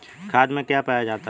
खाद में क्या पाया जाता है?